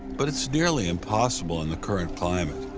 but it's nearly impossible in the current climate.